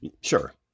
Sure